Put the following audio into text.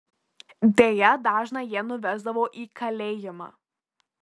deja dažną jie nuvesdavo į kalėjimą